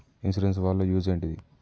Insurance వాళ్ల use ఏంటిది?